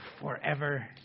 forever